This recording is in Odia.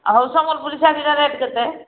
ହଉ ସମ୍ବଲପୁରୀ ଶାଢ଼ୀର ରେଟ୍ କେତେ